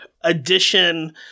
edition